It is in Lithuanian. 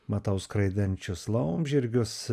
matau skraidančius laumžirgius